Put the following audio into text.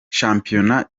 shampiyona